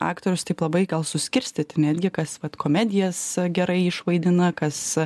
aktorius taip labai gal suskirstyti netgi kas vat komedijas gerai išvaidina kas